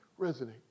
resonate